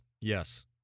Yes